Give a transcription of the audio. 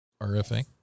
RFA